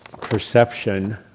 perception